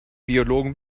biologen